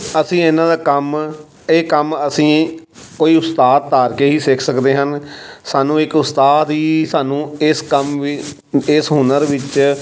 ਅਸੀਂ ਇਹਨਾਂ ਦਾ ਕੰਮ ਇਹ ਕੰਮ ਅਸੀਂ ਕੋਈ ਉਸਤਾਦ ਧਾਰ ਕੇ ਹੀ ਸਿੱਖ ਸਕਦੇ ਹਨ ਸਾਨੂੰ ਇੱਕ ਉਸਤਾਦ ਹੀ ਸਾਨੂੰ ਇਸ ਕੰਮ ਵੀ ਇਸ ਹੁਨਰ ਵਿੱਚ